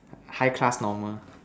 high class normal